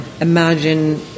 imagine